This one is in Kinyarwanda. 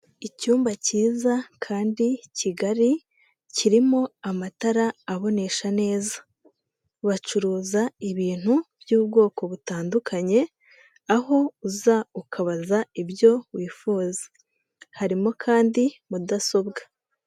Icyumba kiza kandi kigari kirimo amatara abonesha neza, bacuruza ibintu by'ubwoko butandukanye aho uza ukabaza ibyo wifuza, harimo kandi mudasobwa.